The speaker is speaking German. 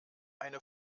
eine